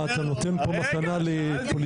אתה נותן פה מתנה לפוליטיקאים?